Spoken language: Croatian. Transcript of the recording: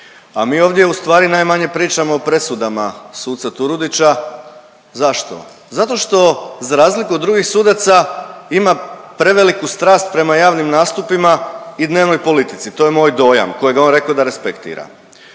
a mi ovdje ustvari najmanje pričamo o presudama suca Turudića. Zašto? Zato što za razliku od drugih sudaca ima preveliku strast prema javnim nastupima i dnevnoj politici, to je moj dojam kojega je on rekao da respektira.